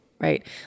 right